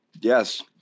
Yes